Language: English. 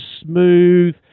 smooth